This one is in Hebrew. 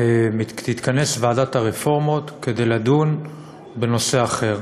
תתכנס ועדת הרפורמות כדי לדון בנושא אחר,